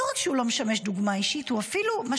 לא רק שאינו משמש דוגמה אישית, הוא אפילו, מה